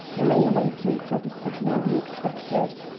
lay waiting for the signal he expected.